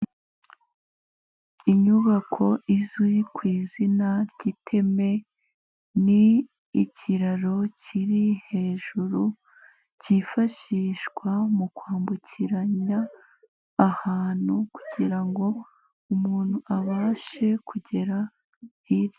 Inyubako izwi ku izina ry'iteme, ni ikiraro kiri hejuru, kifashishwa mu kwambukiranya ahantu, kugira ngo umuntu abashe kugera hirya.